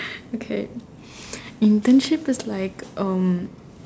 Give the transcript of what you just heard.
okay internship is like um